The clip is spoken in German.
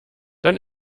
dann